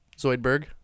Zoidberg